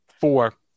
Four